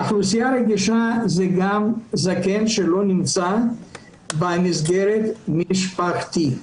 האוכלוסייה הרגישה זה גם זקן שלא נמצא במסגרת משפחתית.